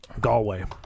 Galway